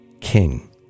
king